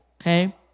Okay